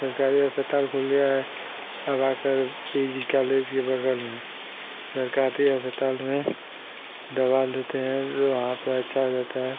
सरकारी अस्पताल खुल गया है अब आकर पी जी कालेज के बगल में सरकारी अस्पताल में दवा लेते हैं जो वहाँ पर अच्छा देता है